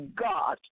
God